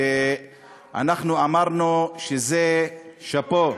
אנחנו אמרנו שזה, שאפו.